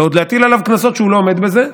ועוד להטיל עליו קנסות כשהוא לא עומד בזה.